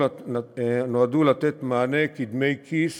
הם נועדו לתת מענה כדמי כיס